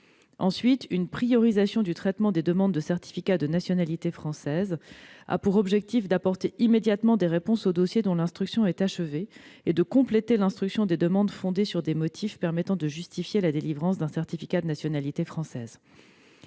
Ensuite, une priorisation du traitement des demandes a pour objectif d'apporter immédiatement des réponses aux dossiers dont l'instruction est achevée et de compléter l'instruction des demandes fondées sur des motifs permettant de justifier la délivrance d'un certificat de nationalité française.